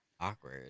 Awkward